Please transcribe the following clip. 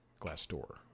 Glassdoor